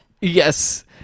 yes